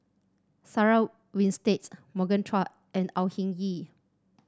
Sarah Winstedt Morgan Chua and Au Hing Yee